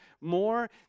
More